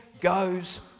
goes